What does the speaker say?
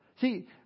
See